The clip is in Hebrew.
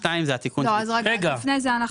סעיף 2 זה התיקון --- לפני כן,